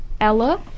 Ella